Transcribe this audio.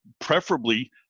preferably